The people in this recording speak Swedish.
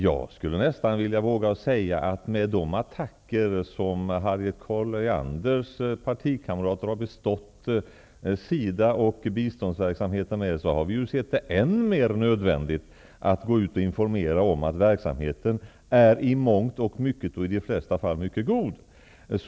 Jag skulle nästan våga säga att med de attacker som Harriet Collianders partikamrater har bestått SIDA och biståndsverksamheten med, har vi ju sett det än mer nödvändigt att gå ut och informera om att verksamheten i mångt och mycket är mycket god. Så är det i de flesta fall.